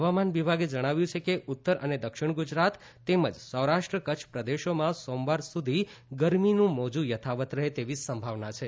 હવામાન વિભાગે જણાવ્યું છે કે ઉત્તર અને દક્ષિણ ગુજરાત તેમજ સૌરાષ્ટ્ર કચ્છ પ્રદેશોમાં સોમવાર સુધી ગરમીનું મોજું યથાવત રહે તેવી સંભાવના છે